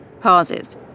Pauses